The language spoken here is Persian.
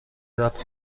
رفت